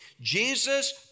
Jesus